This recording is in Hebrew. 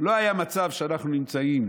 לא היה מצב שאנחנו נמצאים